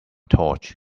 torch